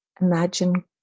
Imagine